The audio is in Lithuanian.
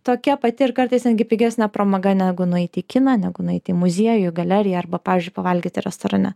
tokia pati ir kartais netgi pigesnė pramoga negu nueiti į kiną negu nueiti į muziejų galeriją arba pavyzdžiui pavalgyti restorane